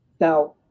Now